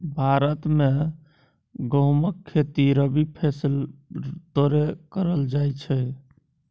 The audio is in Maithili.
भारत मे गहुमक खेती रबी फसैल तौरे करल जाइ छइ